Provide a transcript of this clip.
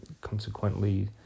consequently